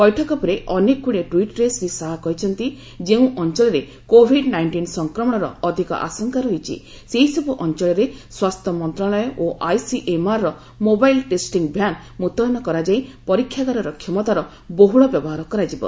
ବୈଠକ ପରେ ଅନେକଗୁଡିଏ ଟ୍ୱିଟ୍ରେ ଶ୍ରୀ ଶାହା କହିଛନ୍ତି ଯେଉଁ ଅଞ୍ଚଳରେ କୋଭିଡ୍ ନାଇଷ୍ଟିନ୍ ସଂକ୍ରମଣର ଅଧିକ ଆଶଙ୍କା ରହିଛି ସେହିସବୁ ଅଞ୍ଚଳରେ ସ୍ୱାସ୍ଥ୍ୟ ମନ୍ତ୍ରଣାଳୟ ଓ ଆଇସିଏମ୍ଆର୍ର ମୋବାଇଲ୍ ଟେଷ୍ଟିଂ ଭ୍ୟାନ୍ ମୁତୟନ କରାଯାଇ ପରୀକ୍ଷାଗାରର କ୍ଷମତାର ବହୁଳ ବ୍ୟବହାର କରାଯିବ